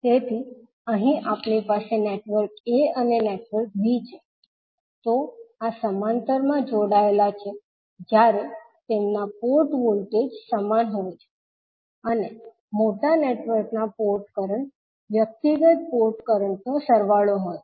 તેથી અહીં આપણી પાસે નેટવર્ક a અને નેટવર્ક b છે તો આ સમાંતરમાં જોડાયેલા છે જ્યારે તેમના પોર્ટ વોલ્ટેજ સમાન હોય છે અને મોટા નેટવર્કના પોર્ટ કરંટ વ્યક્તિગત પોર્ટ કરંટ નો સરવાળો હોય છે